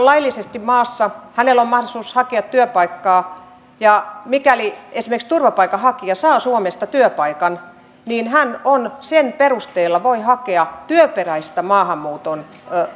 laillisesti maassa hänellä on mahdollisuus hakea työpaikkaa ja mikäli esimerkiksi turvapaikanhakija saa suomesta työpaikan niin hän sen perusteella voi hakea työperäisen maahanmuuton